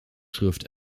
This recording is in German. schrift